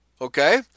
Okay